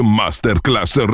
masterclass